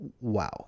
Wow